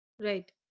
Right